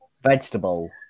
Vegetable